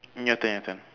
your turn your turn